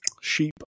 sheep